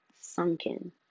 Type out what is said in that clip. sunken